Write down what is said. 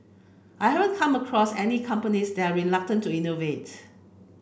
I haven't come across any companies that are reluctant to innovate